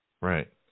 Right